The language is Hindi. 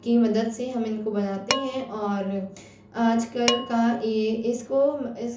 की मदद से हम इनको बनाते हैं और आजकल का ये इसको